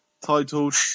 titled